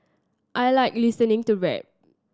I like listening to rap